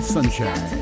Sunshine